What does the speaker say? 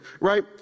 right